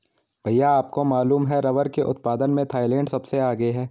भैया आपको मालूम है रब्बर के उत्पादन में थाईलैंड सबसे आगे हैं